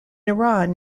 iran